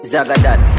Zagadat